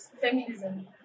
feminism